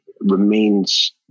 remains